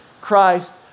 Christ